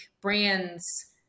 brands